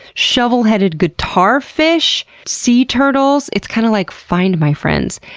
shovelheaded guitarfish, sea turtles. it's kind of like find my friends.